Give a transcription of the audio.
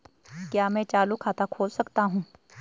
क्या मैं चालू खाता खोल सकता हूँ?